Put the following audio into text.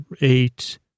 Eight